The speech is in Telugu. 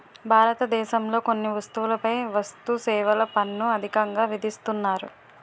భారతదేశంలో కొన్ని వస్తువులపై వస్తుసేవల పన్ను అధికంగా విధిస్తున్నారు